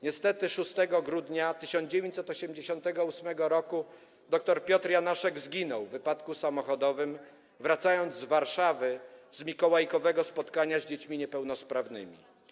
Niestety 6 grudnia 1988 r. dr Piotr Janaszek zginął w wypadku samochodowym, wracając z Warszawy z mikołajkowego spotkania z dziećmi niepełnosprawnymi.